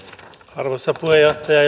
arvoisa puheenjohtaja